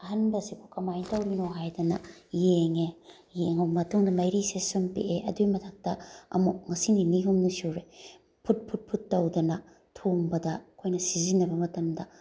ꯑꯍꯟꯕꯁꯤꯕꯨ ꯀꯃꯥꯏꯅ ꯇꯧꯔꯤꯅꯣ ꯍꯥꯏꯗꯅ ꯌꯦꯡꯉꯦ ꯌꯦꯡꯉꯕ ꯃꯇꯨꯡꯗ ꯃꯩꯔꯤꯁꯦ ꯁꯨꯝ ꯄꯤꯛꯑꯦ ꯑꯗꯨꯒꯤ ꯃꯊꯛꯇ ꯑꯃꯨꯛ ꯉꯁꯤ ꯅꯤꯅꯤ ꯍꯨꯝꯅꯤ ꯁꯨꯔꯦ ꯐꯨꯠ ꯐꯨꯠ ꯐꯨꯠ ꯇꯧꯗꯅ ꯊꯣꯡꯕꯗ ꯑꯩꯈꯣꯏꯅ ꯁꯤꯖꯤꯟꯅꯕ ꯃꯇꯝꯗ